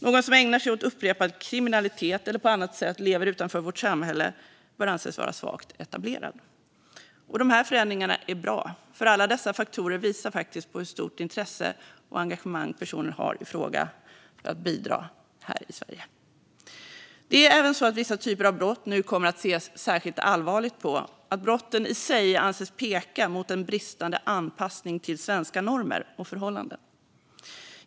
Någon som ägnar sig åt upprepad kriminalitet eller på annat sätt lever utanför vårt samhälle bör anses vara svagt etablerad. De här förändringarna är bra eftersom alla dessa faktorer faktiskt visar på hur stort intresse och engagemang personen har för att bidra här i Sverige. Det är även så att vissa typer av brott nu kommer att ses särskilt allvarligt på, att brotten i sig anses peka mot en bristande anpassning till svenska normer och förhållanden.